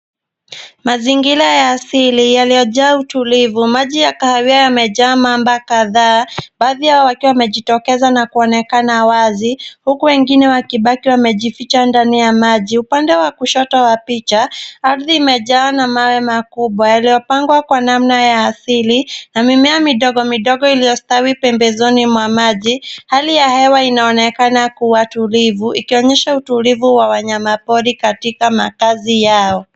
Mazingira ya asili yaliyojaa utulivu. Maji ya kahawia yamejaa mamba kadhaa, baadhi yao wakiwa wamejitokeza na kuonekana wazi, huku wengine wakibaki wamejificha ndani ya maji. Upande wa kushoto wa picha ardhi imejawa na mawe makubwa yaliyopangwa kwa namna ya asili, na mimea midogo midogo iliyostawi pembezoni mwa maji. Hali ya hewa inaonekana kuwa tulivu ikionyesha utulivu wa wanyamapori katika makazi yao.